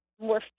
more